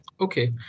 Okay